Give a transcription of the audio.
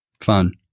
Fun